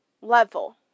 level